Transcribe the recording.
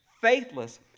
faithless